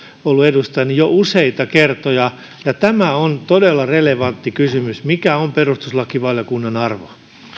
ollut edustajana jo useita kertoja ja on todella relevantti kysymys mikä on perustuslakivaliokunnan arvo